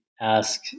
ask